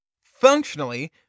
Functionally